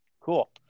cool